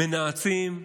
מנאצים,